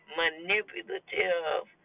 manipulative